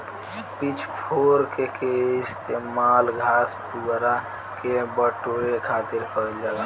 pitch fork के इस्तेमाल घास, पुआरा के बटोरे खातिर कईल जाला